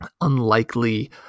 unlikely